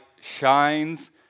shines